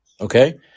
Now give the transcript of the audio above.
Okay